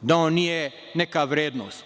da on nije neka vrednost,